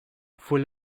fue